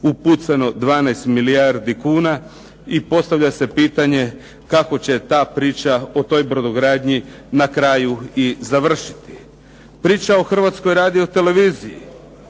upucano 12 milijardi kuna i postavlja se pitanje kako će ta priča o toj brodogradnji na kraju i završiti. Priča o Hrvatskoj radio televiziji